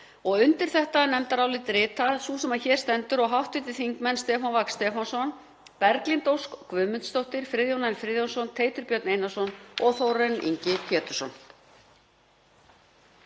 Undir þetta nefndarálit rita sú sem hér stendur og hv. þingmenn Stefán Vagn Stefánsson, Berglind Ósk Guðmundsdóttir, Friðjón R. Friðjónsson, Teitur Björn Einarsson og Þórarinn Ingi Pétursson.